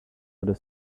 other